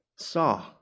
saw